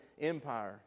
Empire